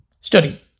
study